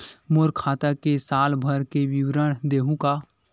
मोर खाता के साल भर के विवरण देहू का?